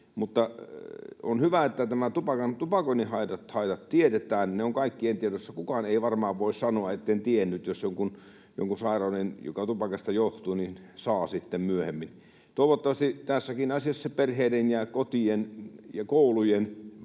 On hyvä, että tupakoinnin haitat tiedetään. Ne ovat kaikkien tiedossa. Kukaan ei varmaan voi sanoa, ettei tiennyt, jos jonkun sairauden, joka tupakasta johtuu, saa sitten myöhemmin. Tässäkin asiassa se perheiden ja kotien ja koulujen